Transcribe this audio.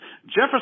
Jefferson